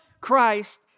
Christ